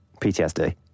PTSD